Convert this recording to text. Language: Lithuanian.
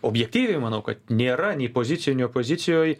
objektyviai manau kad nėra nei pozicijoj nei opozicijoj